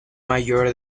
mayor